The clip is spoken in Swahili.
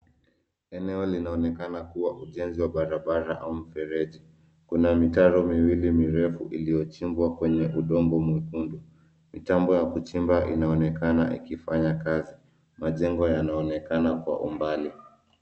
Eneo linaonekana kuwa ujenzi wa barabara au mfereji. Kuna mitaro miwili mirefu iliyochimbwa kwenye udongo mwekundu. Mitambo ya kuchimba inaonekana ikifanya kazi. Majengo yanaonekana kwa umbali.